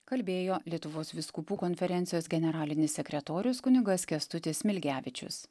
kalbėjo lietuvos vyskupų konferencijos generalinis sekretorius kunigas kęstutis smilgevičius